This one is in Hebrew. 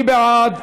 מי בעד?